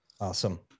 Awesome